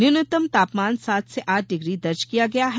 न्यूनतम तापमान सात से आठ डिग्री दर्ज किया गया है